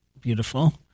beautiful